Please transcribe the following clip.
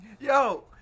Yo